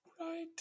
Right